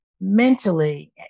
mentally